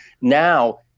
now